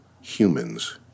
humans